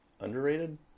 Underrated